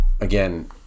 again